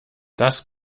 das